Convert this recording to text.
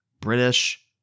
British